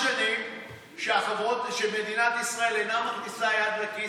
אז אני מפצירה בחבריי ובחברותיי להצביע בעד.